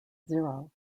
zero